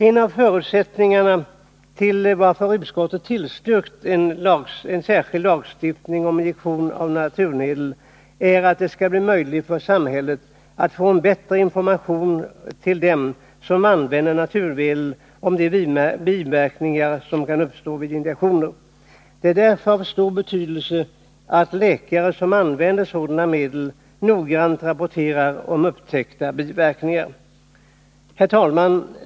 En av förutsättningarna till varför utskottet tillstyrkt en särskild lagstiftning ominjektion av naturmedel är att det skall bli möjligt för samhället att få en bättre information till dem som använder naturmedel om de biverkningar som kan uppstå vid injektioner. Det är därför av stor betydelse att läkare som använder sådana medel noggrant rapporterar om upptäckta biverkningar. Herr talman!